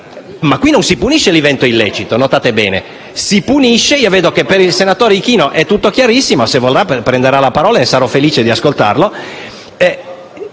ma qui non si punisce l'evento illecito (notate bene). Vedo che per il senatore Ichino è tutto chiarissimo: se vorrà, prenderà la parola e io sarò felice di ascoltarlo.